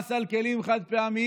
מס על כלים חד-פעמיים,